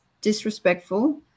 disrespectful